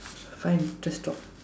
fine just talk